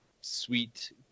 sweet